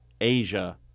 Asia